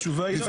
התשובה היא לא.